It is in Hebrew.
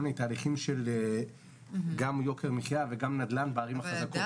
מיני תהליכים של יוקר מחיה ונדל"ן בערים החזקות.